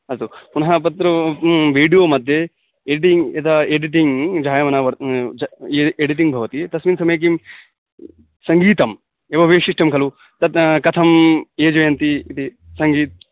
अस्तु पुनः परन्तु वीडियो मध्ये यटिङ्ग् यदा यडिटिङ्ग् जायमाना वर्त् ज ये एडिटिङ्ग् भवति तस्मिन् समये किं सङ्गीतं एव वैशिष्ट्यं खलु तत् न कथं योजयन्ति इति सङ्गीतम्